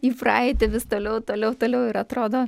į praeitį vis toliau toliau toliau ir atrodo